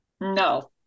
no